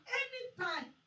anytime